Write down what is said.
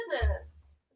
business